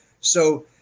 So-